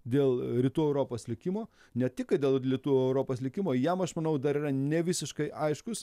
dėl rytų europos likimo ne tik kad dėl litų europos likimo jam aš manau dar yra ne visiškai aiškus